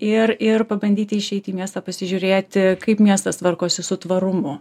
ir ir pabandyti išeiti į miestą pasižiūrėti kaip miestas tvarkosi su tvarumu